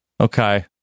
Okay